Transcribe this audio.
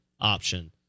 option